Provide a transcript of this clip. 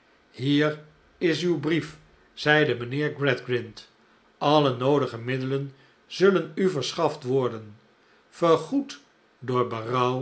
hier is uw brief zeide mijnheer gradgrind aue noodige middelen zullen u verschaft worden vergoed door